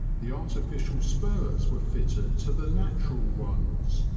the artificial spurs were fitted to the natural ones,